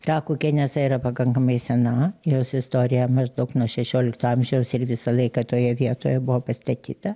trakų kenesa yra pakankamai sena jos istorija maždaug nuo šešiolikto amžiaus ir visą laiką toje vietoje buvo pastatyta